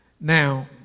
Now